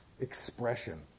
expression